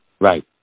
Right